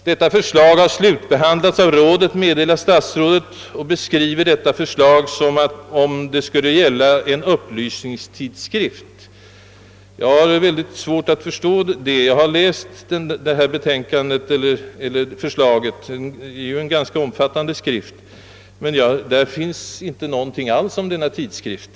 Detta förslag har slutbehandlats av rådet, meddelar statsrådet och beskriver det som om det skulle gälla en upplysningstidskrift. Jag har mycket svårt att förstå detta; jag har läst förslaget — det är en ganska omfattande skrift — men där nämns inte någonting alls om någon tidskrift.